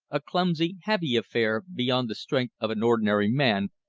a clumsy heavy affair beyond the strength of an ordinary man,